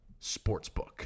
Sportsbook